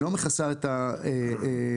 היא לא מכסה את ההוצאות הנלוות.